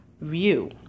view